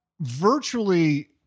virtually